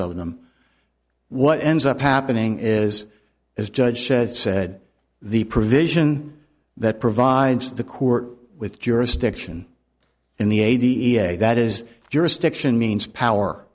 of them what ends up happening is as judge said said the provision that provides the court with jurisdiction in the a d f that is jurisdiction means power